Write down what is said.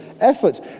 effort